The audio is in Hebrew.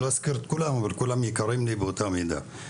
אני לא אזכיר את כולם אבל כולם יקרים לי באותה מידה.